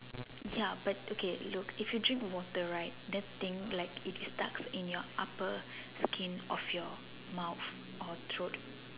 ya but okay look if you drink water right that thing is like stuck in your upper skin of your mouth or throat